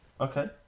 Okay